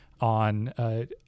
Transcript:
on